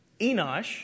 Enoch